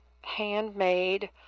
handmade